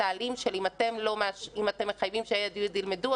האלים של אם אתם מחייבים שה' י' ילמדו,